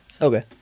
Okay